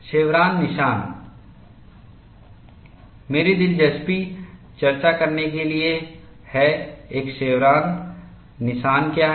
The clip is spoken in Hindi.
शेवरॉन निशान मेरी दिलचस्पी चर्चा करने के लिए है एक शेवरॉन निशान क्या है